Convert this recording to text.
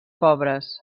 pobres